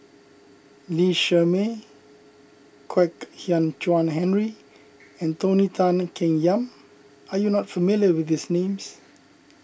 Lee Shermay Kwek Hian Chuan Henry and Tony Tan Keng Yam are you not familiar with these names